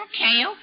Okay